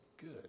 good